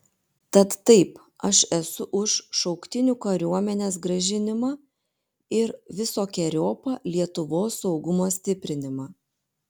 tad taip aš esu už šauktinių kariuomenės grąžinimą ir visokeriopą lietuvos saugumo stiprinimą